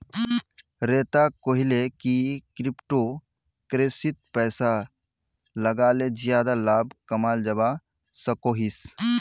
श्वेता कोहले की क्रिप्टो करेंसीत पैसा लगाले ज्यादा लाभ कमाल जवा सकोहिस